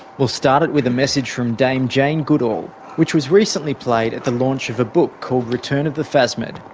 we'll start it with a message from dame jane goodall, which was recently played at the launch of a book called return of the phasmid,